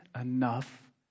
enough